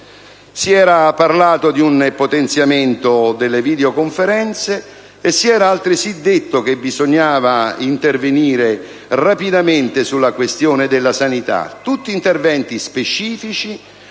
Si era parlato di un potenziamento delle videoconferenze e si era altresì detto che bisognava intervenire rapidamente sulla questione della sanità: sono tutti interventi specifici,